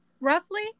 Roughly